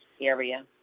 area